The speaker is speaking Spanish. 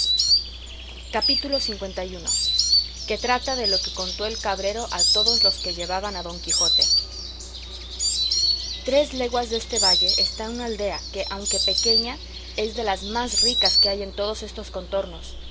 capítulo li que trata de lo que contó el cabrero a todos los que llevaban a don quijote tres leguas deste valle está una aldea que aunque pequeña es de las más ricas que hay en todos estos contornos